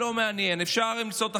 השר גלנט, השר כהן, השר מלכיאלי.